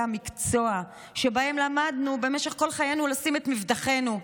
המקצוע שבהם למדנו במשך כל חיינו לשים את מבטחנו?